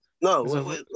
No